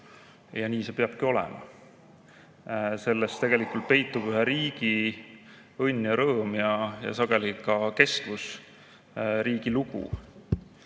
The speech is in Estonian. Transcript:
ja nii see peabki olema. Selles tegelikult peitub ühe riigi õnn ja rõõm ja sageli ka kestvus, riigi